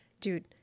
Dude